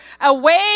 away